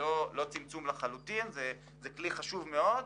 לא לחלוטין כי זה כלי חשוב מאוד,